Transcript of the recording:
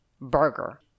burger